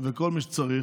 וכל מי שצריך.